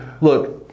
look